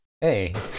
hey